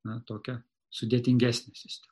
na tokią sudėtingesnę sistemą